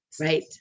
Right